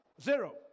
Zero